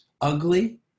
ugly